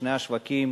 שני השווקים